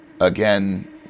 again